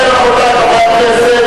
אני רואה בהערכה רבה כאשר לא מבקרים אותי,